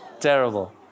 Terrible